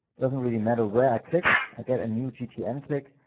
doesn't really matter where i click, i get a new gtm click,